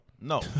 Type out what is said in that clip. No